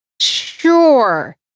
sure